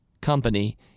company